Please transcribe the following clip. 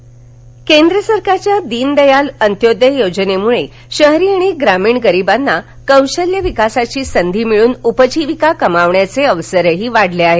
दीनदयाल अंत्योदय केंद्र सरकारच्या दीन दयाल अंत्योदय योजनेमुळे शहरी आणि ग्रामीण गरिबांना कौशल्य विकासाची संधी मिळून उपजीविका कमावण्याचे अवसरही वाढले आहेत